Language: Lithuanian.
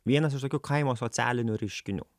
vienas iš tokių kaimo socialinių reiškinių